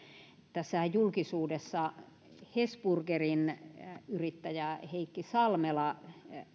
tässähän julkisuudessa hesburgerin yrittäjä heikki salmela